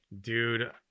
dude